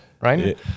right